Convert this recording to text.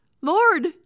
Lord